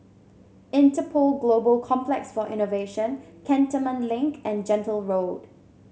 Interpol Global Complex for Innovation Cantonment Link and Gentle Road